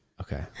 Okay